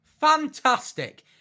Fantastic